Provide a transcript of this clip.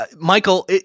Michael